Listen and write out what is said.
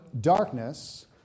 darkness